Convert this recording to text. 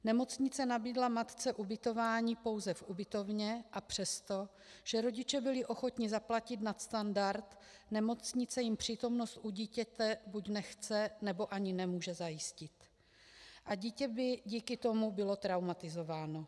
Nemocnice nabídla matce ubytování pouze v ubytovně, a přestože rodiče byli ochotni zaplatit nadstandard, nemocnice jim přítomnost u dítěte buď nechce, nebo ani nemůže zajistit a dítě by díky tomu bylo traumatizováno.